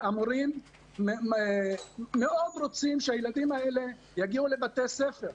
המורים מאוד רוצים שהילדים האלה יגיעו לבתי הספר.